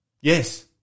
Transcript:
Yes